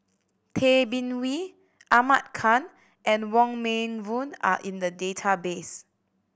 Tay Bin Wee Ahmad Khan and Wong Meng Voon are in the database